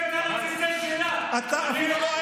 אתה אפילו לא הערת.